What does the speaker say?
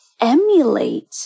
emulate